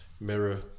mirror